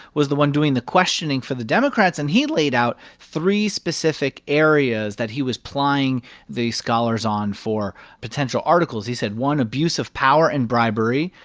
was the one doing the questioning for the democrats. and he laid out three specific areas that he was plying the scholars on for potential articles. he said one, abuse of power and bribery,